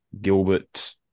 Gilbert